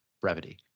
brevity